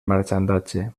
marxandatge